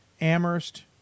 Amherst